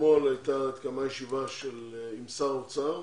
שאתמול התקיימה ישיבה עם שר האוצר,